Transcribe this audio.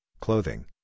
clothing